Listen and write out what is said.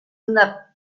una